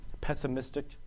pessimistic